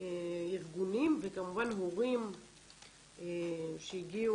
וכמובן להורים שהגיעו,